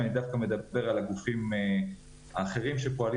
אני דווקא מדבר על הגופים האחרים שפועלים